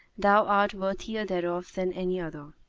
thou art worthier thereof than any other.